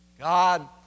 God